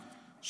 (3)